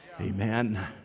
amen